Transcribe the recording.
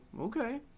okay